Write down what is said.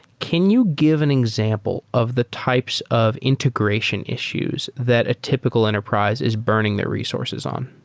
can you give an example of the types of integration issues that a typical enterprise is burning their resources on?